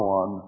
on